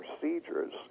procedures